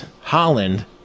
Holland